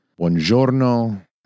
Buongiorno